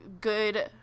good